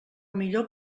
millor